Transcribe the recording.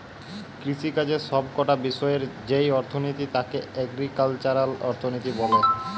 কৃষিকাজের সব কটা বিষয়ের যেই অর্থনীতি তাকে এগ্রিকালচারাল অর্থনীতি বলে